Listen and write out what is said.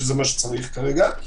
שזה מה שצריך כרגע,